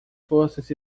forças